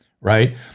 right